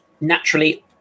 Naturally